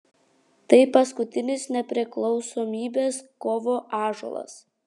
tai paskutinis nepriklausomybės kovų ąžuolas